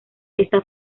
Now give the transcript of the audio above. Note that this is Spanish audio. esta